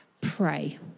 pray